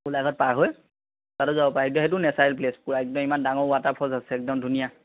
গোলাঘাট পাৰ হৈ তাতে যাব পাৰা একদম সেইটো নেচাৰেল প্লেচ পুৰা একদম ইমান ডাঙৰ ৱাটাৰ ফলছ আছে একদম ধুনীয়া